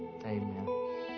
Amen